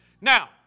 Now